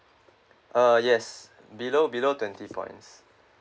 uh yes below below twenty points